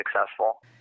successful